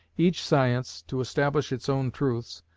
each science, to establish its own truths,